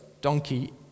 donkey